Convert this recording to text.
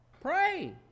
Pray